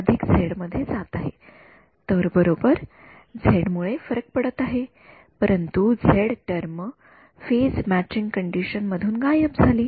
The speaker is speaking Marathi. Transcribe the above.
विद्यार्थीः तर बरोबर झेड मुळे फरक पडत आहे परंतु Z term phase matching condition मधून गायब झाली